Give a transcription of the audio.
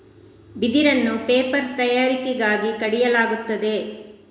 ಬಿದಿರನ್ನು ಪೇಪರ್ ತಯಾರಿಕೆಗಾಗಿ ಕಡಿಯಲಾಗುತ್ತದೆ